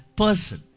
person